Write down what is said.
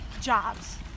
jobs